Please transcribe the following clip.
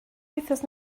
wythnos